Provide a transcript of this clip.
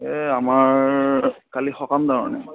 এই আমাৰ কালি সকাম তাৰমানে